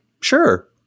sure